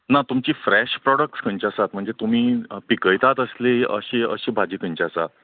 ना तुमचे fresh products खंयचे आसात म्हणजे तुमी पिकयतात असली अशी अशी भाजी खंयची आसा